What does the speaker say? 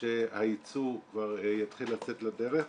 שהייצוא כבר יתחיל לצאת לדרך.